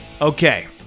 Okay